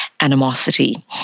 animosity